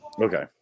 Okay